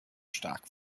stark